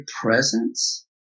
presence